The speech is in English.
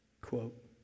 Quote